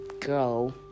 girl